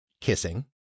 Kissing